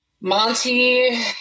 Monty